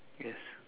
yes